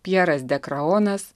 pjeras de kraonas